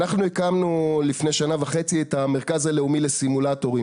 הקמנו לפני שנה וחצי את המרכז הלאומי לסימולטורים